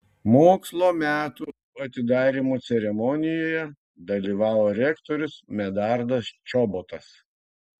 mokslo metų atidarymo ceremonijoje dalyvavo rektorius medardas čobotas